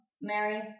Mary